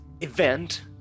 event